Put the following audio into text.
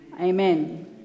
Amen